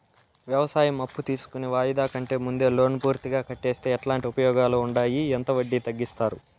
వ్యవసాయం అప్పు తీసుకొని వాయిదా కంటే ముందే లోను పూర్తిగా కట్టేస్తే ఎట్లాంటి ఉపయోగాలు ఉండాయి? ఎంత వడ్డీ తగ్గిస్తారు?